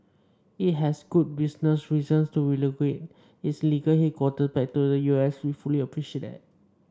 it has good business reasons to relocate its legal headquarters back to the U S and we fully appreciate that